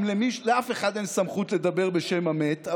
לאף אחד אין סמכות לדבר בשם המת,